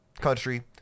country